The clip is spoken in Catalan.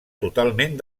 totalment